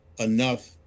enough